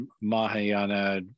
Mahayana